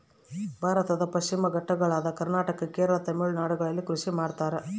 ಭಾರತದ ಪಶ್ಚಿಮ ಘಟ್ಟಗಳಾದ ಕರ್ನಾಟಕ, ಕೇರಳ, ತಮಿಳುನಾಡುಗಳಲ್ಲಿ ಕೃಷಿ ಮಾಡ್ತಾರ?